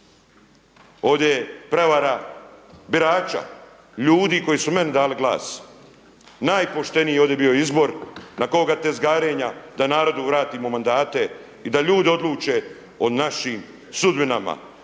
Ovdje je prevara birača, ljudi koji su meni dali glas. Najpošteniji je ovdje bio izbor na koga tezgarenja da narodu vratimo mandate i da ljudi odluče o našim sudbinama